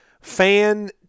fan